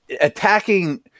attacking